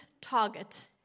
target